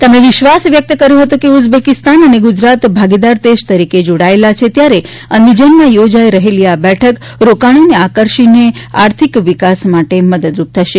તેમણે વિશ્વાસ વ્યક્ત કર્યો હતો કે ઉઝબેકીસ્તાન અને ગુજરાત ભાગીદાર દેશ તરીકે જોડાયેલા છે ત્યારે અંદિજાનમાં યોજાઈ રહેલી આ બેઠક રોકાણોને આકર્ષીને આર્થિક વિકાસ માટે મદદરૂપ થશે